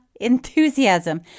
Enthusiasm